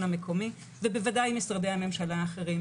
המקומי ובוודאי משרדי הממשלה האחרים.